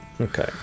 Okay